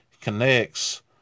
Connects